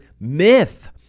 myth